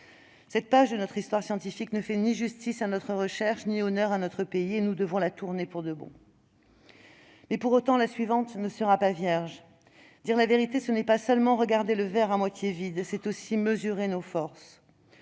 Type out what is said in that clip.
Cette page de notre histoire scientifique ne fait ni justice à notre recherche ni honneur à notre pays, et nous devons la tourner pour de bon. Pour autant, la suivante ne sera pas vierge. Dire la vérité, ce n'est pas seulement regarder le verre à moitié vide, c'est aussi mesurer nos forces.